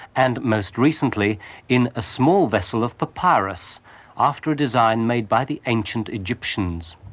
and most recently in a small vessel of papyrus after a design made by the ancient egyptians.